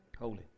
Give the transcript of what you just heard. Holy